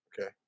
Okay